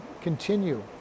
continue